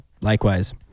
likewise